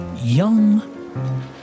young